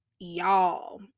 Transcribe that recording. y'all